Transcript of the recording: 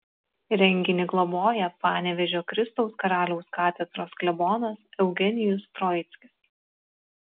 renginį globoja panevėžio kristaus karaliaus katedros klebonas eugenijus troickis